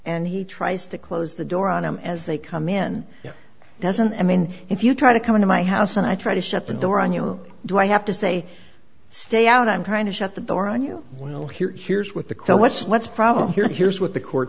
and he tries to close the door on him as they come in doesn't mean if you try to come into my house and i try to shut the door on you do i have to say stay out i'm trying to shut the door on you while here here's with the what's what's problem here here's what the court